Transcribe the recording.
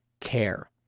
care